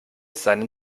seinen